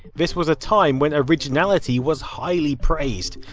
this was a time when originality was highly praised,